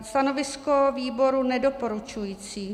Stanovisko výboru nedoporučující.